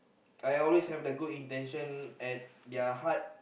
I always have the good intention at their heart